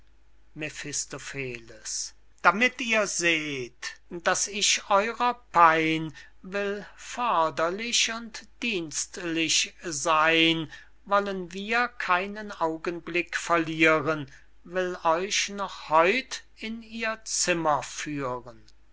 damit ihr seht daß ich eurer pein will förderlich und dienstlich seyn wollen wir keinen augenblick verlieren will euch noch heut in ihr zimmer führen